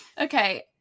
Okay